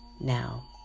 now